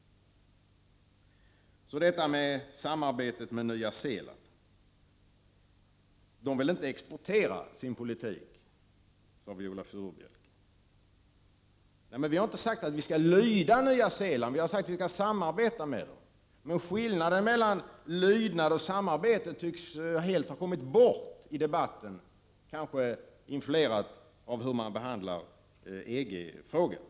Så detta om samarbetet med Nya Zeeland. De vill inte exportera sin politik, sade Viola Furubjelke. Vi har inte sagt att vi skall lyda Nya Zeeland, vi har sagt att vi skall samarbeta med landet. Skillnaden mellan lydnad och samarbete tycks helt ha kommit bort i debatten, kanske influerat av hur man behandlar EG-frågan.